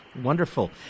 Wonderful